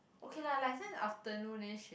okay lah like sometimes afternoon then she